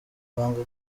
banga